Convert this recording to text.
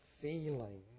feeling